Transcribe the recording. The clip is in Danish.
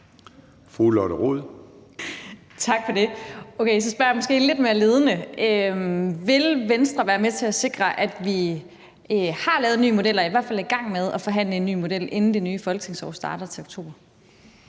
Lotte Rod (RV): Okay, så vil jeg måske spørge lidt mere ledende: Vil Venstre være med til at sikre, at vi har lavet en ny model eller i hvert fald er i gang med at forhandle en ny model, inden det nye folketingsår starter til oktober?